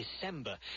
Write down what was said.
December